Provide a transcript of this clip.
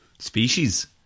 Species